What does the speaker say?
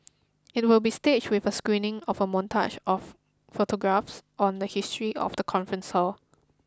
it will be staged with a screening of a montage of photographs on the history of the conference hall